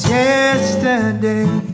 yesterday